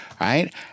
right